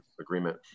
agreement